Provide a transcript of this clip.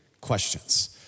questions